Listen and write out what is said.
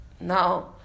Now